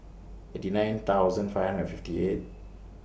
eighty nine thousand five hundred and fifty eight